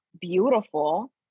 beautiful